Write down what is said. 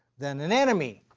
than an enemy.